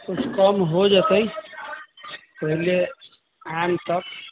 किछु कम हो जतै पहिले आयब तऽ